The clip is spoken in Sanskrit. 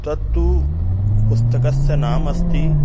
तत्तु पुस्तकस्य नाम अस्ति